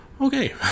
Okay